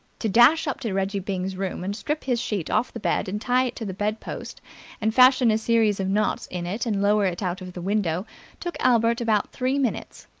to dash up to reggie byng's room and strip his sheet off the bed and tie it to the bed-post and fashion a series of knots in it and lower it out of the window took albert about three minutes.